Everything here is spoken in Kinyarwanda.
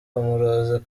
umurozi